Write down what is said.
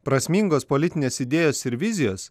prasmingos politinės idėjos ir vizijos